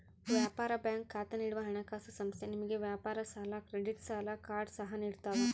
ವ್ಯಾಪಾರ ಬ್ಯಾಂಕ್ ಖಾತೆ ನೀಡುವ ಹಣಕಾಸುಸಂಸ್ಥೆ ನಿಮಗೆ ವ್ಯಾಪಾರ ಸಾಲ ಕ್ರೆಡಿಟ್ ಸಾಲ ಕಾರ್ಡ್ ಸಹ ನಿಡ್ತವ